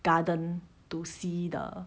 garden to see the